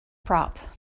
prop